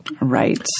Right